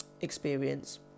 experience